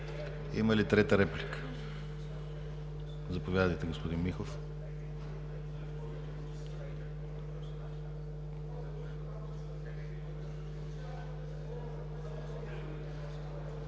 Има ли трета реплика? Заповядайте, господин Михов.